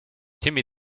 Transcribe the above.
timmy